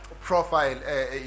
profile